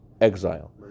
exile